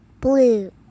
Blue